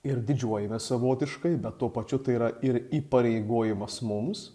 ir didžiuojamės savotiškai bet tuo pačiu tai yra ir įpareigojimas mums